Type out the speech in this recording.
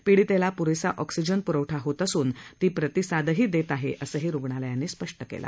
पिडीतेला पुरेसा ऑक्सिजन पुरवठा होत असून ती प्रतिसादही देत आहे असंही रुग्णालयांनी स्पष्ट केलं